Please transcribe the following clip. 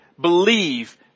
believe